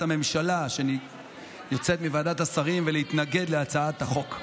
הממשלה שיוצאת מוועדת השרים ולהתנגד להצעת החוק.